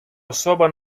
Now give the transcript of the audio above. особа